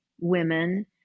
women